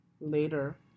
later